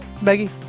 Maggie